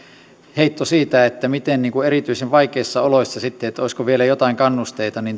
heittoon siitä olisiko erityisen vaikeissa oloissa sitten vielä jotain kannusteita